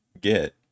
get